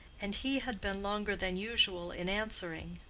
and he had been longer than usual in answering.